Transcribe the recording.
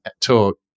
talk